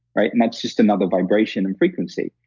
right? and that's just another vibration and frequency.